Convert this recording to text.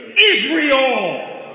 Israel